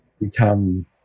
become